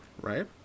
right